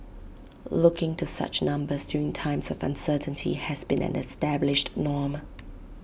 looking to such numbers during times of uncertainty has been an established norm